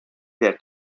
der